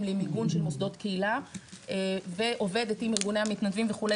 למיגון של מוסדות קהילה ועובדת עם ארגוני המתנדבים וכו'.